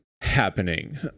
happening